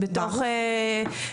לתוך הבגרויות.